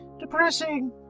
Depressing